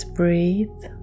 breathe